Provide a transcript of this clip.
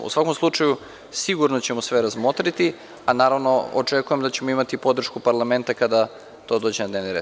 U svakom slučaju sigurno ćemo sve razmotriti, a naravno očekujem da ćemo imati podršku parlamenta kada to dođe na dnevni red.